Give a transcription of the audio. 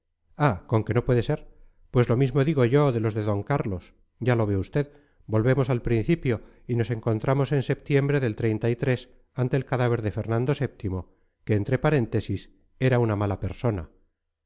ah con que no puede ser pues lo mismo digo yo de los de d carlos ya lo ve usted volvemos al principio y nos encontramos en septiembre del ante el cadáver de fernando vii que entre paréntesis era una mala persona